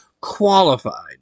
qualified